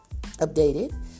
updated